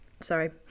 sorry